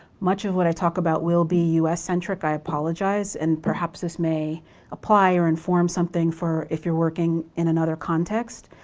much of what i talk about will be u s. centric, i apologize and perhaps, this may apply or inform something for if you're working in another context.